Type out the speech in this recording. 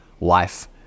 life